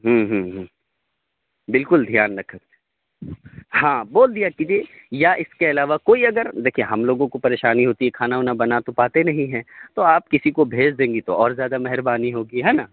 ہوں ہوں ہوں بالکل دھیان رکھا ہاں بول دیا کیجیے یا اس کے علاوہ کوئی اگر دیکھیے ہم لوگوں کو پریشانی ہوتی ہے کھانا وانا بنا تو پاتے نہیں ہیں تو آپ کسی کو بھیج دیں گی تو اور زیادہ مہربانی ہوگی ہے نا